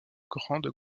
grande